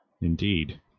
Indeed